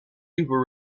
people